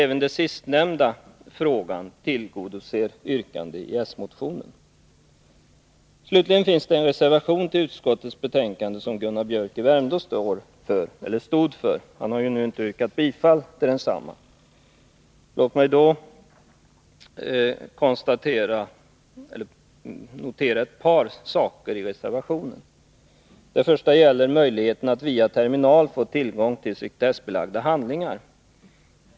Därmed tillgodoses även ett yrkande i den socialdemokratiska motionen. Slutligen finns det en reservation vid utskottets betänkande av Gunnar Biörck i Värmdö. Han har visserligen inte yrkat bifall till den, men låt mig ändå kommentera den på ett par punkter. Den första punkten gäller möjligheten att via terminal få tillgång till sekretessbelagda handlingar.